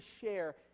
share